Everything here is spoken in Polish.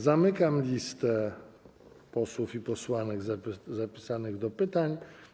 Zamykam listę posłów i posłanek zapisanych do pytań.